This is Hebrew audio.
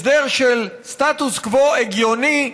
הסדר של סטטוס קוו הגיוני,